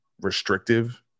restrictive